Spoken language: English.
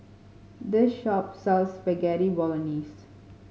this shop sells Spaghetti Bolognese